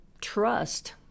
trust